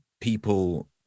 people